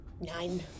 Nine